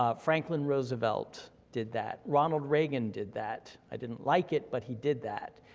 ah franklin roosevelt did that, ronald reagan did that, i didn't like it, but he did that.